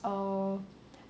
err